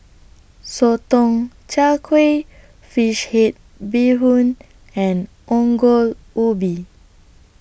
Sotong Char Kway Fish Head Bee Hoon and Ongol Ubi